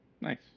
Nice